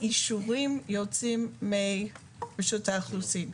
האישורים יוצאים מרשות האוכלוסין,